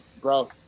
bro